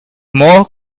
more